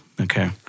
Okay